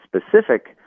specific